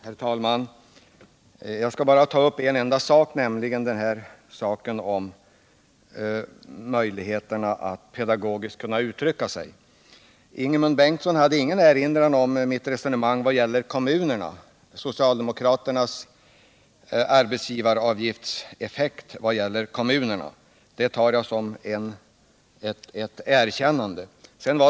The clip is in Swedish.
Herr talman! Jag skall bara ta upp en enda sak, nämligen möjligheten att pedagogiskt kunna uttrycka sig. Ingemund Bengtsson hade ingen erinran om mitt resonemang beträffande socialdemokraternas arbetsgivaravgift vad gäller kommunerna. Det tar jag som ett erkännande och så att han godtar mitt resonemang.